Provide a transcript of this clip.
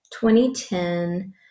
2010